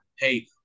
Hey